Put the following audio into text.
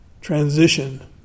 transition